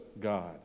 God